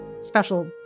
special